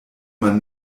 man